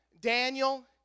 Daniel